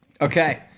Okay